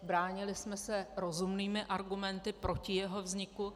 Bránili jsme se rozumnými argumenty proti jeho vzniku.